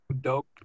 dope